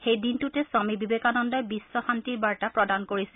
এই দিনটোতে স্বামী বিবেকানন্দই বিশ্ব শান্তিৰ বাৰ্তা প্ৰদান কৰিছিল